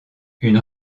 une